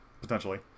potentially